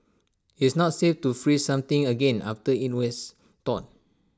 it's not safe to freeze something again after IT was thawed